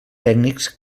tècnics